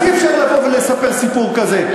אז אי-אפשר לבוא ולספר סיפור כזה,